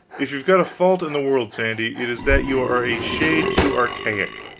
if you've got a fault in the world, sandy, it is that you are a shade too archaic.